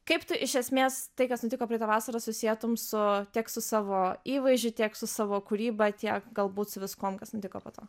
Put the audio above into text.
kaip tu iš esmės tai kas nutiko praeitą vasarą susietum su tiek su savo įvaizdžiu tiek su savo kūryba tiek galbūt su viskuom kas nutiko po to